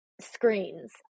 screens